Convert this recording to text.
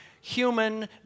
human